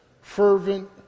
fervent